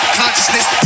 consciousness